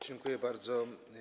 Dziękuję bardzo.